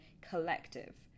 collective